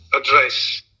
address